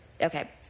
Okay